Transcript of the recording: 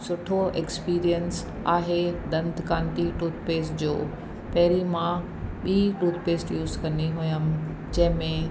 सुठो एक्स्पीरियंस आहे दंतकांती टूथपेस्ट जो पहिरीं मां ॿी टूथपेस्ट यूस कंदी हुयमि जंहिंमें